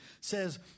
says